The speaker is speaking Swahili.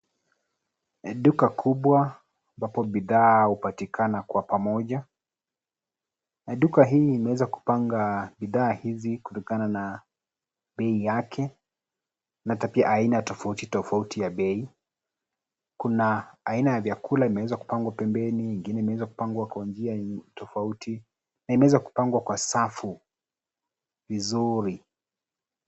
Duka kubwa ambapo bidhaa hupatikana kwa pamoja. Duka hii imeweza kupanga bidhaa hizi kulingana na bei yake na taipu ya aina tofauti tofauti ya bei kuna ya vyakula imeweza kupangwa pembeni ingine imeweza kupangwa kwa njia yenye tofauti na imeweza kupangwa kwa safu vizuri.